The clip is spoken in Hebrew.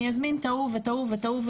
אני אזמין את ההוא ואת ההוא וכולי,